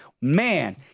man